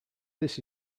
this